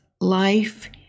life